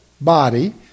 body